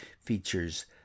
features